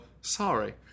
sorry